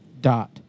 dot